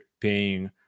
paying